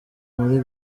muri